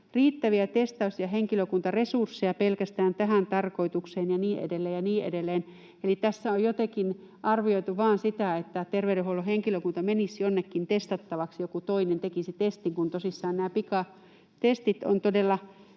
riittäviä testaus‑ ja henkilökuntaresursseja pelkästään tähän tarkoitukseen ja niin edelleen ja niin edelleen. Eli tässä on jotenkin arvioitu vain sitä, että terveydenhuollon henkilökunta menisi jonnekin testattavaksi, joku toinen tekisi testin, kun tosissaan nämä pikatestit ovat todella